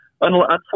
unfortunately